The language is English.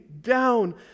down